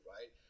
Right